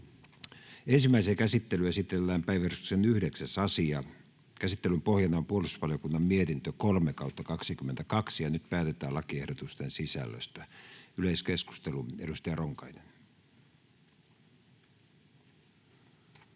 Ensimmäiseen käsittelyyn esitellään päiväjärjestyksen 9. asia. Käsittelyn pohjana on puolustusvaliokunnan mietintö PuVM 3/2022 vp. Nyt päätetään lakiehdotusten sisällöstä. — Yleiskeskustelu, edustaja Ronkainen.